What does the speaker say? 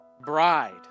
bride